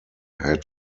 had